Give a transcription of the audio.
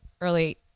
early